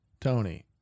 Tony